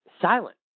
silent